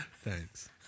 Thanks